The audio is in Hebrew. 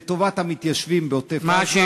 לטובת המתיישבים בעוטף-עזה,